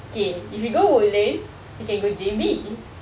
okay if you go woodlands you can go J_B